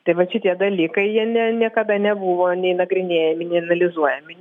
tai vat šitie dalykai jie ne niekada nebuvo nei nagrinėjami nei analizuojami